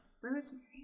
Rosemary